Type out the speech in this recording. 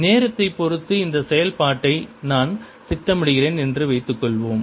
நேரத்தை பொறுத்து இந்த செயல்பாட்டை நான் திட்டமிடுகிறேன் என்று வைத்துக்கொள்வோம்